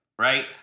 Right